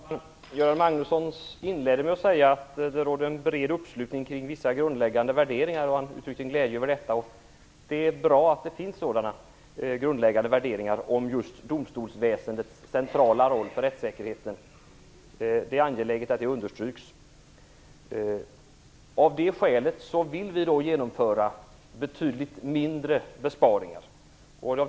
Fru talman! Göran Magnusson inledde med att säga att det rådde en bred uppslutning kring vissa grundläggande värderingar och uttryckte sin glädje över detta. Det är bra att det finns sådana grundläggande värderingar när det gäller just domstolsväsendets centrala roll för rättssäkerheten - det är angeläget att det understryks. Av det skälet vill vi genomföra betydligt mindre besparingar.